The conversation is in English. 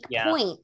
point